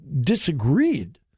disagreed